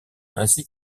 ainsi